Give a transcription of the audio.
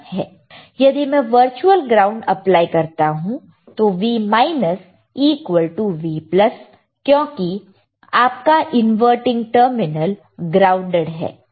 यदि मैं virtual ground apply करता हूं तो V V क्योंकि आपका इनवर्टिंग टर्मिनल ग्राउंडेड है